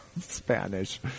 Spanish